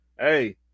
hey